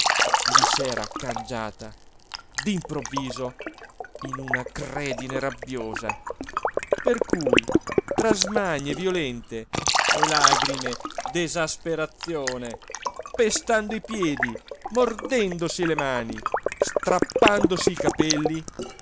gli s'era cangiata d'improvviso in un'acredine rabbiosa per cui tra smanie violente e lagrime d'esasperazione pestando i piedi mordendosi le mani strappandosi i capelli